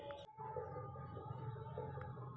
पपीता के पौधा मे दहिया कीड़ा लागे के की लक्छण छै?